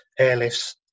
airlifts